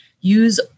Use